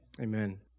Amen